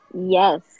Yes